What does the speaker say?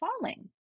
falling